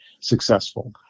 successful